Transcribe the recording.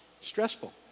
stressful